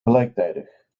gelijktijdig